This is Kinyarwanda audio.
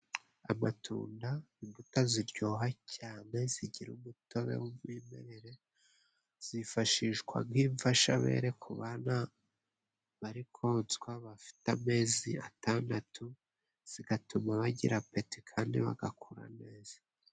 Amatunda imbuto ziryoha cyane, zigira umutobe w'umwimerere, zifashishwa nk'imfashabere ku bana bari konswa bafite amezi atandatu, zigatuma bagira apeti kandi bagakura neza.